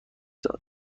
داد